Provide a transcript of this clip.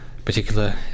particular